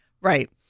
Right